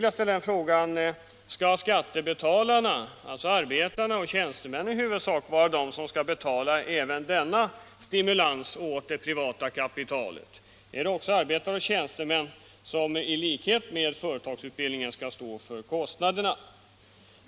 Jag undrar: Skall skattebetalarna — alltså i huvudsak arbetarna och tjänstemännen — vara de som skall betala även denna stimulans åt det privata kapitalet? Är det arbetare och tjänstemän som, i likhet med vad som gäller företagsutbildningen, skall stå för de här kostnaderna?